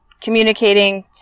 communicating